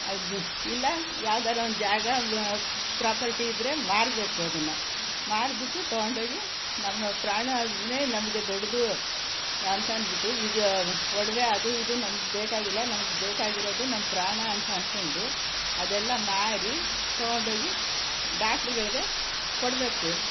ಅದು ಇಲ್ಲ ಯಾವ್ದಾದ್ರು ಒಂದು ಜಾಗ ಪ್ರಾಪರ್ಟಿ ಇದ್ದರೆ ಮಾರಬೇಕು ಅದನ್ನು ಮಾರಿಬಿಟ್ಟು ತೊಗೊಂಡು ಹೋಗಿ ನಮ್ಮ ಪ್ರಾಣವನ್ನೆ ನಮಗೆ ದೊಡ್ಡದು ಅಂತನ್ಬಿಟ್ಟು ಇದು ಒಡವೆ ಅದು ಇದು ನಮ್ಗೆ ಬೇಕಾಗಿಲ್ಲ ನಮ್ಗೆ ಬೇಕಾಗಿರೋದು ನಮ್ಮ ಪ್ರಾಣ ಅಂತ ಅನ್ಕೊಂಡು ಅದೆಲ್ಲ ಮಾರಿ ತೊಗೊಂಡು ಹೋಗಿ ಡಾಕ್ಟ್ರುಗಳಿಗೆ ಕೊಡಬೇಕು